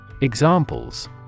Examples